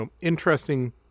interesting